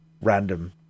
random